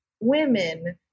women